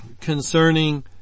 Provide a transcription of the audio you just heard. concerning